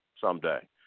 someday